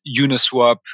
Uniswap